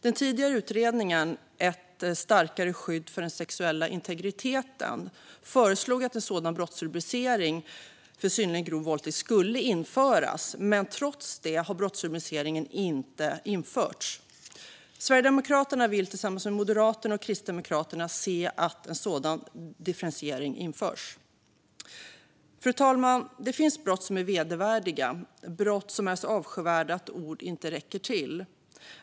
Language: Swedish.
Den tidigare utredningen Ett starkare skydd för den sexuella integriteten föreslog att en sådan brottsrubricering för synnerligen grov våldtäkt skulle införas, men trots det har brottsrubriceringen inte införts. Sverigedemokraterna vill tillsammans med Moderaterna och Kristdemokraterna se att en sådan differentiering införs. Fru talman! Det finns brott som är vedervärdiga. Det är brott som är så avskyvärda att ord inte räcker till.